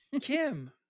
Kim